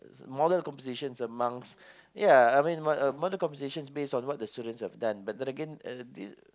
model compositions amongst ya I mean uh model compositions based on what the students have done but then again uh the